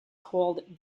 called